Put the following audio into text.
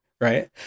Right